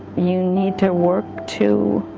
you need to work to